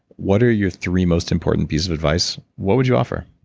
what are your three most important pieces of advice, what would you offer?